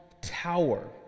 tower